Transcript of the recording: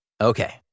Okay